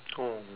oh